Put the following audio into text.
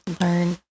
learn